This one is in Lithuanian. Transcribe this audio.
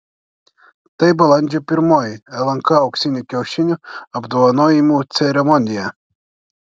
tai balandžio pirmoji lnk auksinių kiaušinių apdovanojimų ceremonija